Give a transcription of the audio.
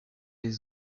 des